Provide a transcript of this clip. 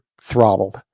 throttled